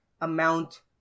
amount